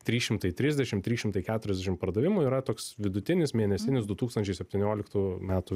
trys šimtai trisdešimt trys šimtai keturiasdešim pardavimų yra toks vidutinis mėnesinis du tūkstančiai septynioliktų metų